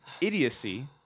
Idiocy